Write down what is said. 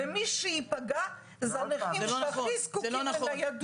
מי שייפגע זה הנכים שהכי זקוקים לניידות.